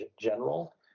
general